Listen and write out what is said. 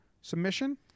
Submission